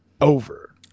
over